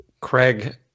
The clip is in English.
Craig